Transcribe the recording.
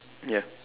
ya